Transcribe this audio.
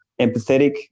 empathetic